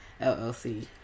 LLC